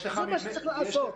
זה מה שצריך לעשות.